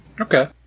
Okay